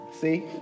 See